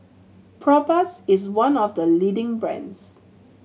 Propass is one of the leading brands